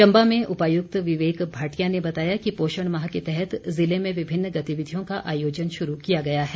चम्बा में उपायुक्त विवेक भाटिया ने बताया कि पोषण माह के तहत जिले में विभिन्न गतिविधियों का आयोजन शुरू किया गया है